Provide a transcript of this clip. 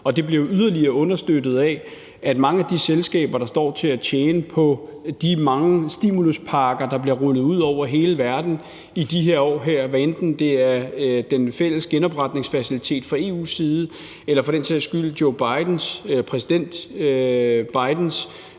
Og det bliver jo yderligere understøttet af, at mange af de selskaber, der står til at tjene på de mange stimuluspakker, der bliver rullet ud over hele verden i de her år, hvad enten det er den fælles genopretningsfacilitet fra EU's side eller for den sags skyld præsident Joe Bidens